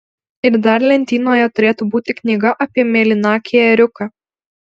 ir dar lentynoje turėtų būti knyga apie mėlynakį ėriuką